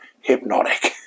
hypnotic